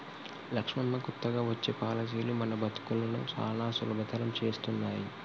లక్ష్మమ్మ కొత్తగా వచ్చే పాలసీలు మన బతుకులను సానా సులభతరం చేస్తున్నాయి